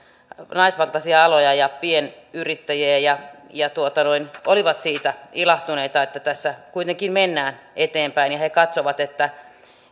naisvaltaisia aloja ja pienyrittäjiä ja ja olivat siitä ilahtuneita että tässä kuitenkin mennään eteenpäin ja he katsovat että